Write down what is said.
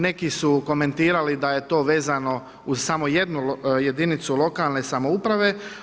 Neki su komentirali da je to vezano uz samo jednu jedinicu lokalne samouprave.